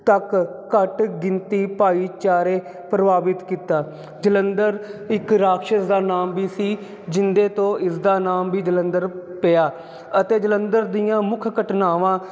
ਤੱਕ ਘੱਟ ਗਿਣਤੀ ਭਾਈਚਾਰੇ ਪ੍ਰਭਾਵਿਤ ਕੀਤਾ ਜਲੰਧਰ ਇੱਕ ਰਾਕਸ਼ਸ ਦਾ ਨਾਮ ਵੀ ਸੀ ਜਿਹਦੇ ਤੋਂ ਇਸ ਦਾ ਨਾਮ ਵੀ ਜਲੰਧਰ ਪਿਆ ਅਤੇ ਜਲੰਧਰ ਦੀਆਂ ਮੁੱਖ ਘਟਨਾਵਾਂ